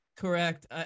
correct